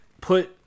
put